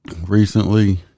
recently